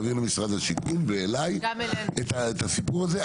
למשרד השיכון ואליי את הסיפור הזה,